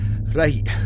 Right